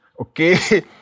Okay